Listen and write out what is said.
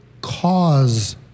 cause